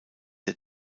der